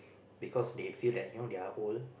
because they feel that you know they are old